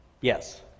Yes